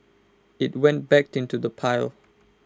IT went back into the pile